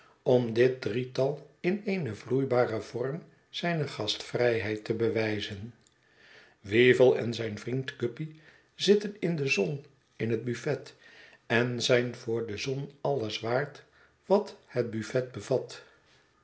om dit drietal in een vloeibaren vorm zijne gastvrijheid te bewijzen weevle en zijn vriend guppy zitten in de zon in het buffet en zijn voor de zon alles waard wat het buffet bevat